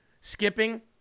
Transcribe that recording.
Skipping